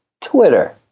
twitter